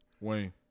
Wayne